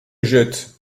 jette